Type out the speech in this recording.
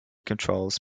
controls